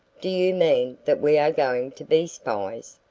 do you mean that we are going to be spies?